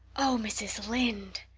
oh, mrs. lynde!